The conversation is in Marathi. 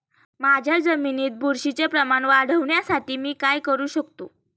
माझ्या जमिनीत बुरशीचे प्रमाण वाढवण्यासाठी मी काय करू शकतो?